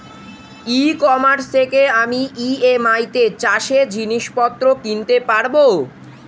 ই commerce থেকে আমি EMI তে চাষে জিনিসপত্র কিনতে পারব?